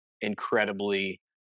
incredibly